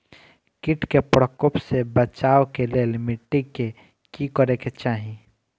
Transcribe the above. किट के प्रकोप से बचाव के लेल मिटी के कि करे के चाही?